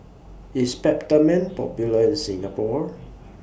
IS Peptamen Popular in Singapore